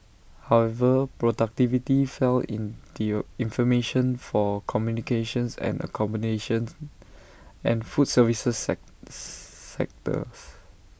however productivity fell in the information for communications and accommodations and food services sectors